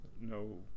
no